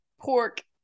Pork